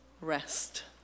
rest